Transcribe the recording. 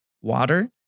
water